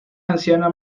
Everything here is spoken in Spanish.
anciana